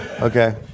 Okay